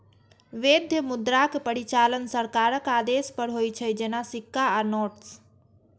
वैध मुद्राक परिचालन सरकारक आदेश पर होइ छै, जेना सिक्का आ नोट्स